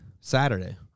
Saturday